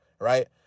right